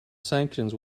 sanctions